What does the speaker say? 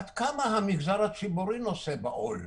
עד כמה המגזר הציבורי נושא בעול?